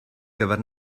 gyfer